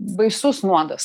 baisus nuodas